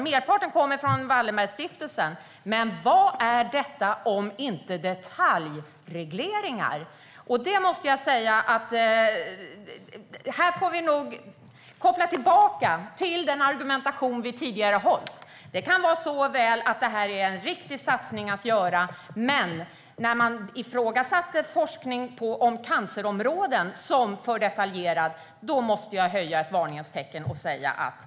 Merparten kommer från Wallenbergstiftelsen, men vad är detta om inte detaljregleringar? Jag måste säga att här får vi nog koppla tillbaka till den tidigare argumentationen. Det kan vara så väl att det här är en riktig satsning att göra, men när man ifrågasatte forskning om cancerområden som för detaljerad, då måste jag höja ett varningens finger angående proteinforskningen.